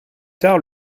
tard